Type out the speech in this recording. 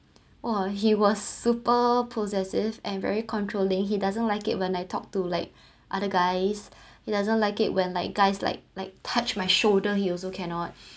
!wah! he was super possessive and very controlling he doesn't like it when I talk to like other guys he doesn't like it when like guys like like touched my shoulder he also cannot